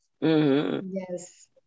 Yes